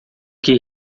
que